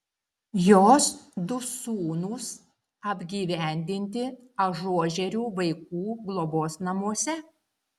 jos du sūnūs apgyvendinti ažuožerių vaikų globos namuose